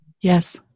Yes